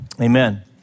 Amen